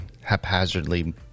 haphazardly